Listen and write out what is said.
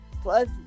plus